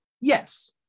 yes